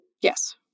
Yes